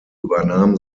übernahm